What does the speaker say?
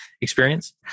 experience